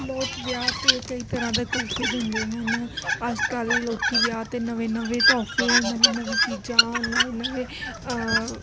ਲੋਕ ਵਿਆਹ 'ਤੇ ਕਈ ਤਰ੍ਹਾਂ ਦੇ ਤੋਹਫੇ ਦਿੰਦੇ ਹਨ ਅੱਜ ਕੱਲ੍ਹ ਲੋਕ ਵਿਆਹ 'ਤੇ ਨਵੇਂ ਨਵੇਂ ਤੋਹਫੇ ਨਵੀਂ ਨਵੀਂ ਚੀਜ਼ਾਂ ਨਵੇਂ ਨਵੇਂ